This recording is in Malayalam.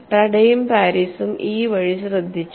ടഡയും പാരീസും ഈ വഴി ശ്രദ്ധിച്ചു